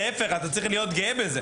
אתה צריך להיות גאה בזה.